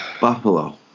Buffalo